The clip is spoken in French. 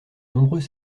nombreux